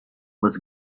was